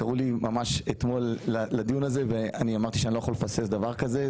קראו לי ממש אתמול לדיון הזה ואמרתי שאני לא אוכל לפספס דבר כזה,